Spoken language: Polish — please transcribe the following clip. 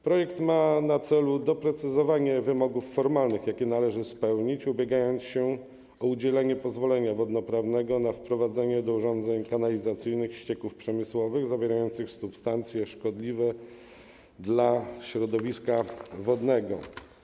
Projekt ma na celu doprecyzowanie wymogów formalnych, jakie należy spełnić, ubiegając się o udzielenie pozwolenia wodnoprawnego na wprowadzenie do urządzeń kanalizacyjnych ścieków przemysłowych zawierających substancje szkodliwe dla środowiska wodnego.